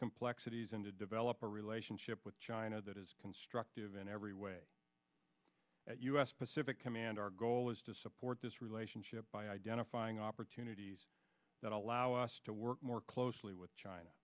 complexities and to develop a relationship with china that is constructive in every way that u s pacific command our goal is to support this relationship by identifying opportunities that allow us to work more closely with china